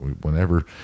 Whenever